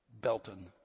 Belton